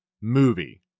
movie